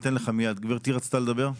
גבירתי רצתה לדבר.